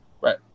right